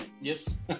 yes